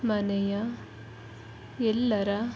ಮನೆಯ ಎಲ್ಲರ